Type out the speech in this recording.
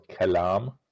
Kalam